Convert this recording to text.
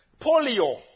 polio